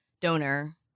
donor